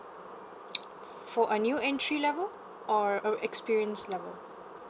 for a new entry level or a experienced level